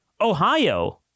Ohio